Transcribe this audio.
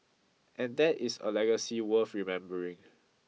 and that is a legacy worth remembering